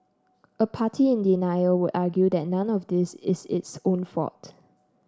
a party in denial would argue that none of this is its own fault